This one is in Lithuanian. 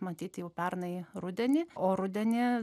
matyt jau pernai rudenį o rudenį